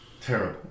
Terrible